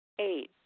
eight